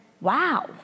wow